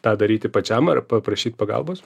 tą daryti pačiam ar paprašyt pagalbos